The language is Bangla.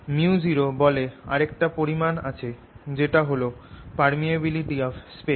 µ0 বলে আরেকটা পরিমাণ আছে যেটা হল পারমিয়াবিলিটি অফ স্পেস